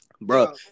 Bro